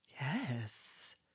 Yes